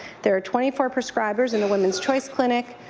there are twenty four prescribers in the women's choice clinic,